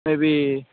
maybe